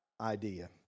idea